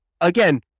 again